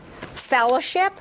fellowship